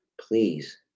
please